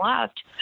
left